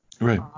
Right